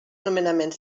nomenaments